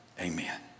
Amen